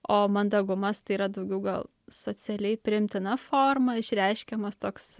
o mandagumas tai yra daugiau gal socialiai priimtina forma išreiškiamas toks